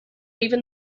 even